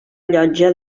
llotja